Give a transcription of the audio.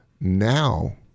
now